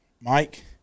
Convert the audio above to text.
Mike